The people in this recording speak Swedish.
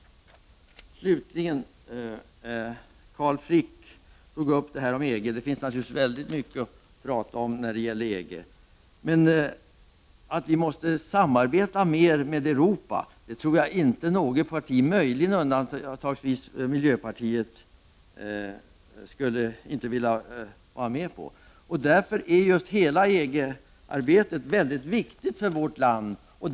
Slutligen: Carl Frick berörde frågan om EG. Det finns naturligtvis väldigt mycket att säga i EG-frågan. Att vi måste samarbeta mer med Europa tror jag inte något parti — möjligen undantagandes miljöpartiet — motsätter sig. Därför är just hela EG-arbetet väldigt viktigt för vårt land.